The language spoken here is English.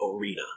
arena